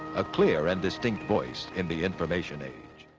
a clear and distinct voice in the information age.